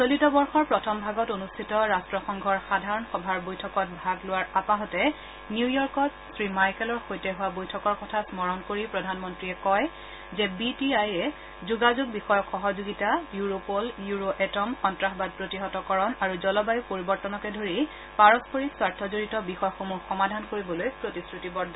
চলিত বৰ্ষৰ প্ৰথম ভাগত অনুষ্ঠিত ৰাট্ৰসংঘৰ সাধাৰণ সভাৰ বৈঠকত ভাগ লোৱাৰ আপাহতে নিউয়ৰ্কত শ্ৰীমাইকেলৰ সৈতে হোৱা বৈঠকৰ কথা স্মৰণ কৰি প্ৰধানমন্ত্ৰীয়ে কয় যে বি টি আই এ যোগাযোগ বিষয়ক সহযোগিতা ইউৰোপ'ল ইউৰোএটম সন্ত্ৰাসবাদ প্ৰতিহতকৰণ আৰু জলবায়ু পৰিবৰ্তনকে ধৰি পাৰস্পৰিক স্বাৰ্থজড়িত বিষয়সমূহ সমাধান কৰিবলৈ প্ৰতিশ্ৰুতিবদ্ধ